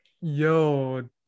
yo